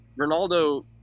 Ronaldo